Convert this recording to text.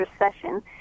recession